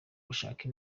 ushake